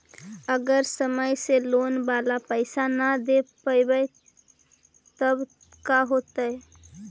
अगर समय से लोन बाला पैसा न दे पईबै तब का होतै?